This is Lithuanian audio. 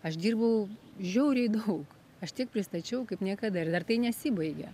aš dirbau žiauriai daug aš tiek pristačiau kaip niekada ir dar tai nesibaigė